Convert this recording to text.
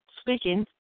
speaking